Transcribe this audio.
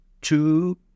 two